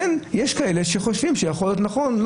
יש כאלה שחושבים שיכול להיות נכון.